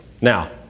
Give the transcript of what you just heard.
Now